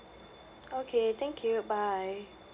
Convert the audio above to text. okay thank you bye